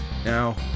Now